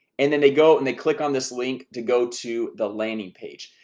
and then they go and they click on this link to go to the landing page.